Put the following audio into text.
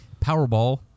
Powerball